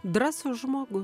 drąsus žmogu